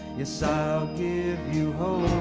yes, i'll give you